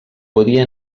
podia